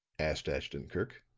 asked ashton-kirk.